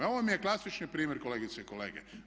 Ovo vam je klasični primjer kolegice i kolege.